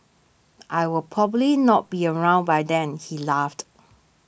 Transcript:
I will probably not be around by then he laughed